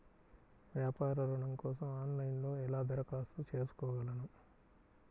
వ్యాపార ఋణం కోసం ఆన్లైన్లో ఎలా దరఖాస్తు చేసుకోగలను?